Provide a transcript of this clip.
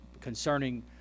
concerning